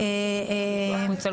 אצל